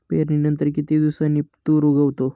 पेरणीनंतर किती दिवसांनी तूर उगवतो?